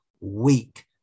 weak